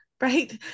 right